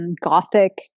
gothic